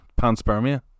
panspermia